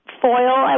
foil